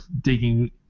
digging